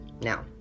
Now